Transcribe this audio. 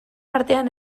artean